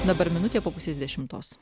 dabar minutė po pusės dešimtos